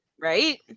Right